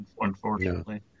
unfortunately